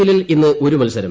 എല്ലിൽ ഇന്ന് ഒരു മത്സരം